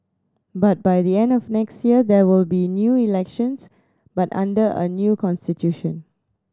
but by the end of next year there will be new elections but under a new constitution